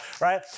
right